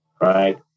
right